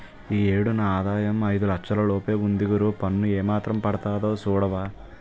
ఈ ఏడు నా ఆదాయం ఐదు లచ్చల లోపే ఉంది గురూ పన్ను ఏమాత్రం పడతాదో సూడవా